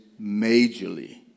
majorly